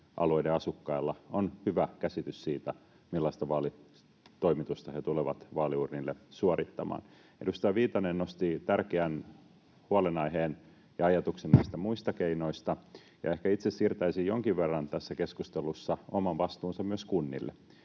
alueiden asukkailla, on hyvä käsitys siitä, millaista vaalitoimitusta he tulevat vaaliuurnille suorittamaan. Edustaja Viitanen nosti tärkeän huolenaiheen ja ajatuksen näistä muista keinoista. Ehkä itse siirtäisin jonkin verran tässä keskustelussa omaa vastuuta myös kunnille.